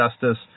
justice